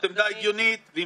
כבוד השר,